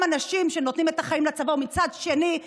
אנשים שנותנים את החיים לצבא ומצד שני,